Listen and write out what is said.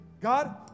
God